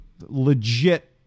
legit